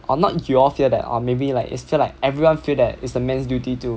or not you all feel that or maybe like is still like everyone feel that is the man's duty to